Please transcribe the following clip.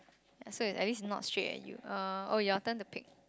ya so is at least is not straight at you uh oh your turn to pick